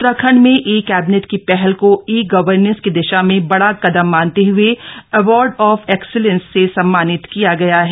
उत्तराखण्ड में e cabinet की पहल को ई गवर्नेस की दिशा में बड़ा कदम मानते हए अवॉर्ड ऑफ एक्सीलेंस से सम्मानित किया गया है